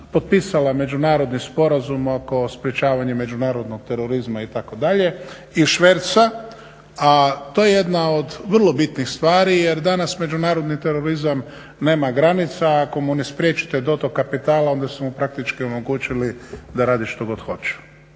potpisala međunarodni sporazum oko sprječavanja međunarodnog terorizma itd. i šverca. A to je jedna od vrlo bitnih stvari jer danas međunarodni terorizam nema granica, ako mu ne spriječite dotok kapitala onda smo mu praktički omogućili da radi što god hoće.